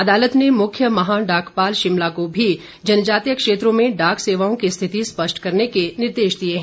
अदालत ने मुख्य महा डाकपाल शिमला को भी जनजातीय क्षेत्रों में डाक सेवाओं की स्थिति स्पष्ट करने के निर्देश दिए है